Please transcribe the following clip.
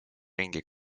ringi